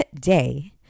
day